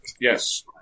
Yes